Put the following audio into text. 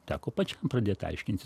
teko pačiam pradėt aiškintis